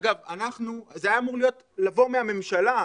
אגב, זה היה אמור לבוא מהממשלה,